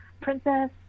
princess